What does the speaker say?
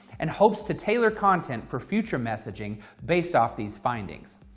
and hopes to tailor content for future messaging based off these findings.